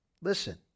Listen